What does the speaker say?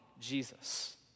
Jesus